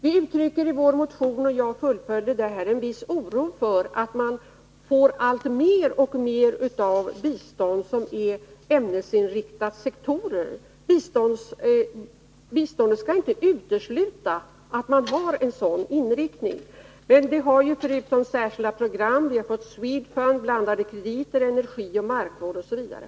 Vi uttrycker i vår motion — och jag fullföljde detta här — en viss oro för att man får alltmer av bistånd som är ämnesinriktat till olika sektorer. Biståndet skall inte utesluta att man har en sådan inriktning. Förutom särskilda program har vi ju SNEDFUND, blandade krediter, energioch markvård osv.